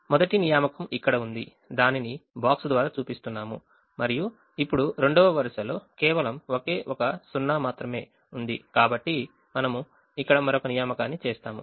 మొదటి నియామకం ఇక్కడ ఉంది దానిని box ద్వారా చూపిస్తున్నాము మరియు ఇప్పుడు 2వ అడ్డు వరుసలో కేవలం ఒక సున్నా మాత్రమే ఉంది కాబట్టి మనము ఇక్కడ మరొక నియామకాన్ని చేస్తాము